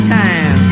time